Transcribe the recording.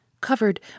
covered